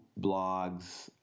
blogs